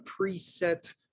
preset